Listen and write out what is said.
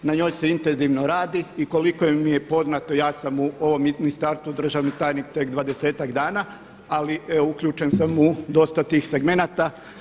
Na njoj se intenzivno radi i koliko mi je poznato ja sam u ovom ministarstvu državni tajnik tek dvadesetak dana, ali uključen sam u dosta tih segmenata.